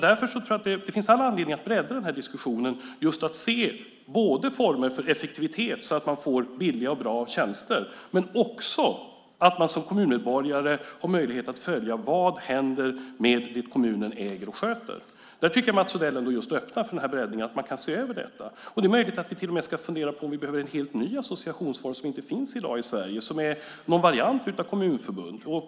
Det finns all anledning att bredda diskussionen. Det gäller att se former för effektivitet så att man får billiga och bra tjänster. Men det handlar också om att man som kommunmedborgare har möjlighet att följa vad som händer med det kommunen äger och sköter. Där tycker jag att Mats Odell har öppnat för breddningen att man kan se över detta. Det är möjligt att vi till och med ska fundera på om vi ska ha en helt ny associationsform som inte finns i dag i Sverige som är någon variant av kommunförbund.